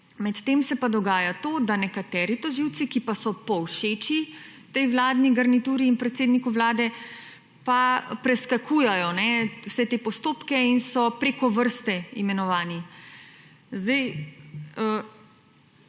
medtem se pa dogaja to, da nekateri tožilci, ki pa so povšeči tej vladni garnituri in predsedniku Vlade pa preskakujejo vse te postopke in so preko vrste imenovani.